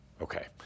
Okay